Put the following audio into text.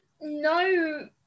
no